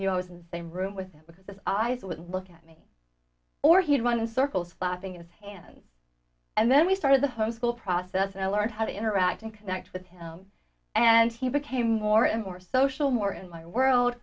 knew i was in the same room with him because i was with look at me or he'd run circles laughing as hands and then we started the homeschool process and i learned how to interact and connect with him and he became more and more social more in my world